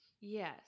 Yes